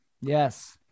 Yes